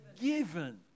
given